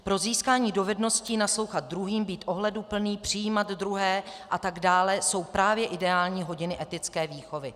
Pro získání dovedností naslouchat druhým, být ohleduplný, přijímat druhé a tak dále jsou ideální právě hodiny etické výchovy.